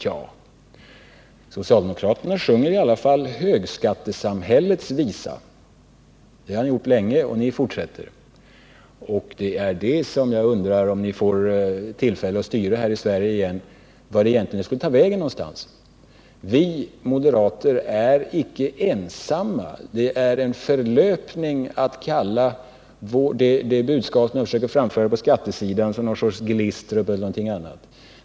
Ja, socialdemokraterna sjunger i alla fall högskattesamhällets visa. Det har ni gjort länge, och det fortsätter ni med. Om ni får tillfälle att styra här i Sverige igen, undrar jag vart det egentligen skulle ta vägen. Vi moderater är inte ensamma. Det är en förlöpning att kalla det budskap som vi försöker framföra på skattesidan för en form av Glistrup eller någonting annat.